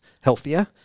healthier